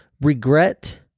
regret